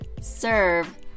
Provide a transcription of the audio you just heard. serve